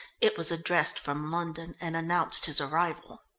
it was addressed from london and announced his arrival.